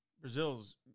Brazil's